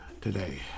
today